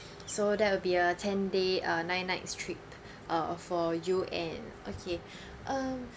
so that will be a ten day uh nine nights trip uh for you and okay um